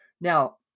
Now